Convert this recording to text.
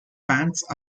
pants